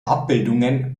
abbildungen